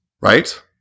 right